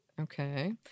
Okay